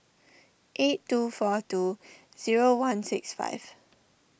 eight two four two zero one six five